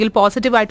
positive